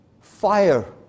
fire